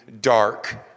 dark